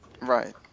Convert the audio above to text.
right